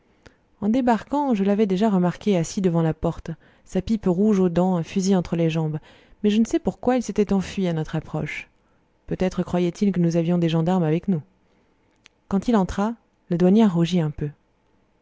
en débarquant je l'avais déjà remarqué assis devant la porte sa pipe rouge aux dents un fusil entre les jambes mais je ne sais pourquoi il s'était enfui à notre approche peut-être croyait-il que nous avions des gendarmes avec nous quand il entra la douanière rougit un peu